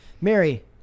Mary